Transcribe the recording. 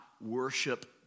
worship